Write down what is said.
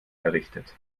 errichtet